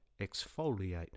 exfoliate